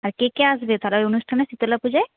আর কে কে আসবে পাড়ার অনুষ্ঠানে শীতলা পুজোয়